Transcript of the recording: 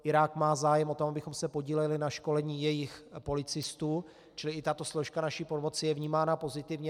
Irák má zájem o to, abychom se podíleli na školení jejich policistů, čili i tato složka naší pomoci je vnímána pozitivně.